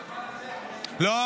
בזמן הזה --- לא,